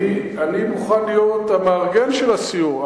אני מוכן להיות המארגן של הסיור.